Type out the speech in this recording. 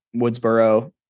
Woodsboro